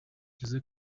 jose